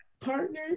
partner